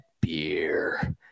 Beer